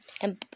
and